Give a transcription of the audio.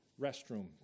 restroom